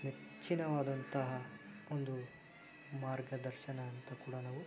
ನೆಚ್ಚಿನವಾದಂತಹ ಒಂದು ಮಾರ್ಗದರ್ಶನ ಅಂತ ಕೂಡ ನಾವು